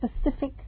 specific